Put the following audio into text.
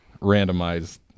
Randomized